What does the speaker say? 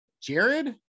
Jared